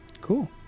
Cool